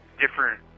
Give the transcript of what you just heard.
different